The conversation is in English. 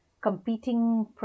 competing